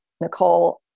Nicole